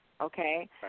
Okay